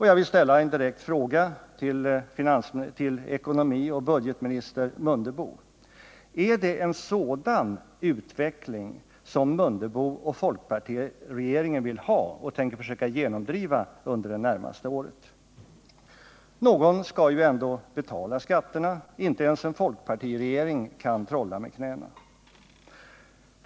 Jag vill ställa en direkt fråga till ekonomioch budgetminister Mundebo: Är det en sådan utveckling som folkpartiregeringen vill ha och tänker försöka genomdriva under det närmaste året?